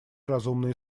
разумные